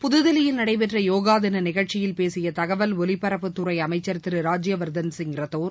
புத்தில்லியில் நடைபெற்ற யோகா தின நிகழ்ச்சியில் பேசிய தகவல் ஒலிபரப்புத் துறை அமைச்சர் திரு ராஜ்யவர்தன் சிப் ரத்தோர்